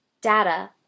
data